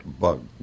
Bug